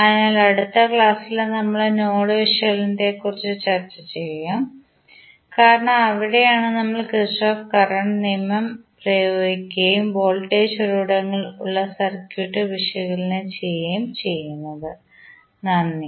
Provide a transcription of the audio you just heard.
അതിനാൽ അടുത്ത ക്ലാസ്സിൽ നമ്മൾ നോഡ് വിശകലനത്തെക്കുറിച്ച് ചർച്ചചെയ്യും കാരണം അവിടെയാണ് നമ്മൾ കിർചോഫ് കറന്റ് നിയമം പ്രയോഗിക്കുകയും വോൾട്ടേജ് ഉറവിടങ്ങൾ ഉള്ള സർക്യൂട്ട് വിശകലനം ചെയ്യുകയും ചെയ്യുന്നത് നന്ദി